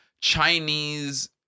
Chinese